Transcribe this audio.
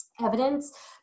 evidence